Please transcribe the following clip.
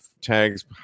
tags